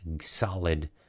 solid